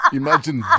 imagine